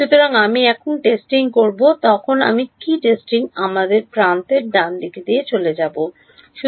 সুতরাং আমি যখন টেস্টিং করব তখন আমি কী করবো টেস্টিংটি আমরা প্রান্তে চলে যাব ঠিক আছে